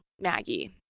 Maggie